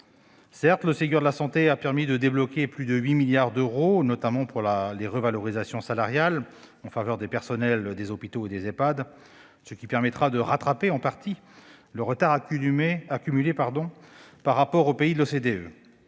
Certes, le Ségur de la santé a permis de débloquer plus de 8 milliards d'euros, notamment pour les revalorisations salariales en faveur des personnels des hôpitaux et des Ehpad, ce qui permettra de rattraper en partie le retard accumulé par rapport aux pays de l'OCDE.